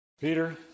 Peter